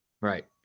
right